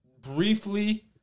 briefly